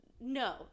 no